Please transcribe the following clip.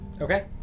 Okay